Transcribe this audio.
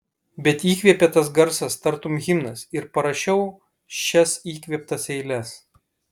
bet įkvėpė tas garsas tartum himnas ir parašiau šias įkvėptas eiles